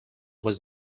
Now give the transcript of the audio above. was